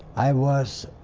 i was